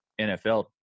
NFL